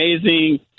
amazing